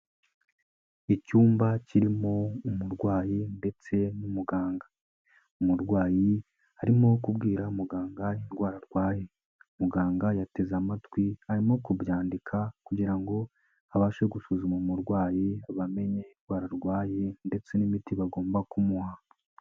Icyumba kirimo umurwayi ndetse n'umuganga. Umurwayi arimo kubwira umuganga indwara arwaye. Muganga yateze amatwi, arimo kubyandika kugira ngo abashe gusuzuma umurwayi, bamenye b inwara ararwaye ndetse n'imiti bagomba kumuha.